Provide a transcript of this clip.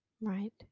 Right